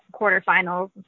quarterfinals